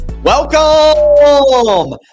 Welcome